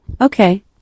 okay